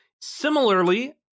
similarly